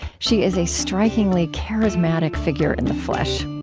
she is a strikingly charismatic figure in the flesh